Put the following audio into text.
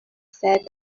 said